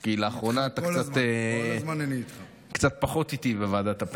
כי לאחרונה אתה קצת פחות איתי בוועדת הפנים,